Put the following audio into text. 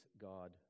God